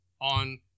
on